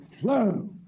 flow